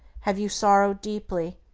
have you sorrowed deeply?